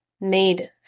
made